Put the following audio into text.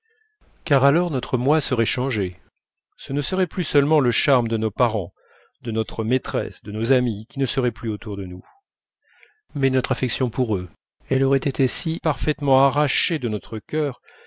car alors notre moi serait changé ce ne serait plus seulement le charme de nos parents de notre maîtresse de nos amis qui ne serait plus autour de nous mais notre affection pour eux elle aurait été si parfaitement arrachée de notre cœur